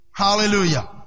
Hallelujah